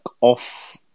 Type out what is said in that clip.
off